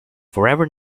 forever